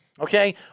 Okay